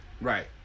right